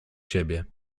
siebie